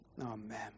Amen